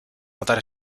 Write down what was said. notar